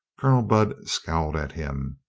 colonel budd scowled at him.